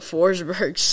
Forsberg